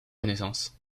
renaissance